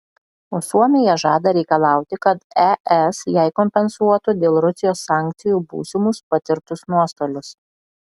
o suomija žada reikalauti kad es jai kompensuotų dėl rusijos sankcijų būsimus patirtus nuostolius